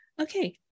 okay